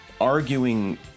arguing